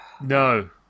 No